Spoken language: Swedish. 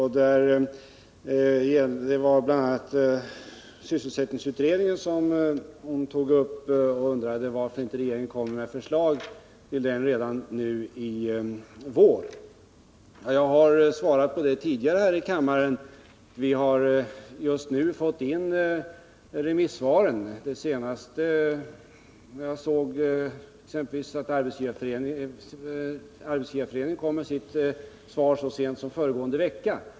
Hon tog bl.a. upp sysselsättningsutredningen och undrade varför regeringen inte lägger fram något förslag om sysselsättningspolitiken redan nu i vår. Jag har svarat på detta tidigare här i kammaren. Vi har just nu fått in remissvaren, och exempelvis Arbetsgivareföreningen kom med sitt svar så sent som föregående vecka.